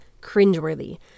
cringeworthy